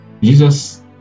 Jesus